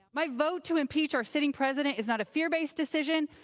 my vote to impeach our sitting president is not a fear-based decision.